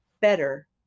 better